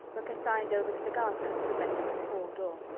were consigned over to the gardener, who met them at the hall-door.